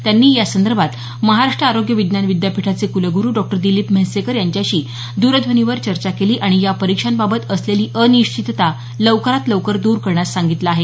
त्यांनी या संदर्भात महाराष्ट्र आरोग्य विज्ञान विद्यापीठाचे कुलगुरू डॉक्टर दिलीप म्हैसेकर यांच्याशी दरध्वनीवर चर्चा केली आणि या परीक्षांबाबत असलेली अनिश्वितता लवकरात लवकर दूर करण्यास सांगितलं आहे